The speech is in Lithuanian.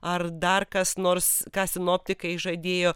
ar dar kas nors ką sinoptikai žadėjo